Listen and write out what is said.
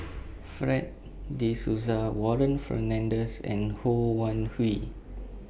Fred De Souza Warren Fernandez and Ho Wan Hui